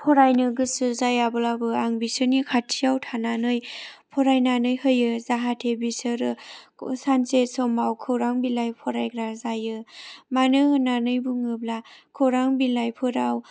फरायनो गोसो जायाब्लाबो आं बिसोरनि खाथियाव थानानै फरायनानै होयो जाहाथे बिसोरो सानसे समाव खौरां बिलाइ फरायग्रा जायो मानो होननानै बुङोब्ला खौरां बिलाइफोराव